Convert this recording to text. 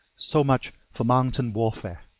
so much for mountain warfare.